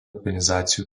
organizacijų